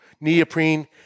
neoprene